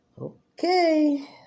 Okay